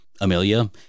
Amelia